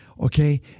Okay